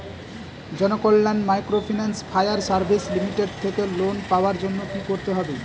Janakalyan microfinance fire service limited থেকে loan পাওয়ার জন্য কি করতে হবে?